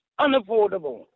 unaffordable